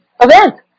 event